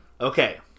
Okay